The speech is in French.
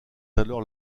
alors